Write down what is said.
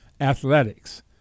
athletics